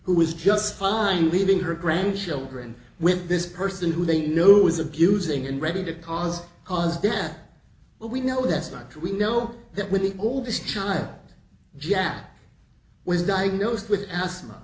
who is just fine leaving her grandchildren with this person who they know is abusing and ready to cause cause then we know that's not true we know that when the oldest child jack was diagnosed with as